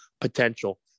potential